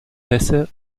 pässe